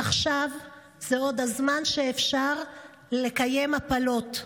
עכשיו זה עוד הזמן שאפשר לקיים הפלות,